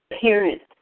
parents